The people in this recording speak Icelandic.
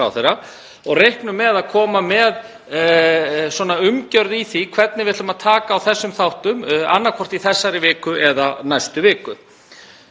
og reiknum með að koma með umgjörð um hvernig við ætlum að taka á þessum þáttum annaðhvort í þessari viku eða næstu.